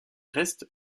restes